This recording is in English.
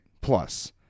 plus